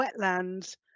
wetlands